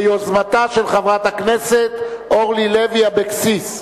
ביוזמתה של חברת הכנסת אורלי לוי אבקסיס.